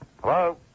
Hello